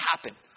happen